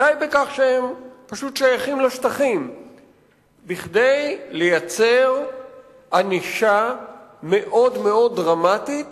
די בכך שהם פשוט שייכים לשטחים בכדי לייצר ענישה מאוד מאוד דרמטית